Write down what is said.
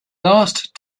last